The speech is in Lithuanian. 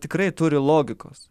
tikrai turi logikos